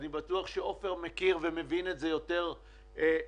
אני בטוח שעופר מכיר ומבין את זה יותר ממני.